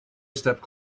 stepped